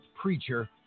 preacher